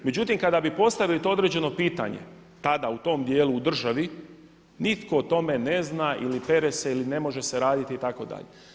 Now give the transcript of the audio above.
Međutim kada bi postavili to određeno pitanje tada u tom dijelu u državi nitko o tome ne zna ili pere se ili ne možemo se raditi itd.